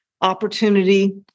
opportunity